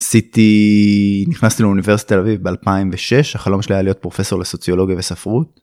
ניסיץי, נכנסתי לאוניברסיטת תל אביב ב 2006. החלום שלי להיות פרופסור לסוציולוגיה וספרות.